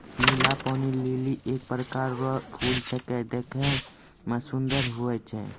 नीला पानी लीली एक प्रकार रो फूल छेकै देखै मे सुन्दर हुवै छै